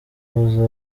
guhoza